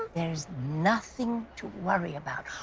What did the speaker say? there is nothing to worry about.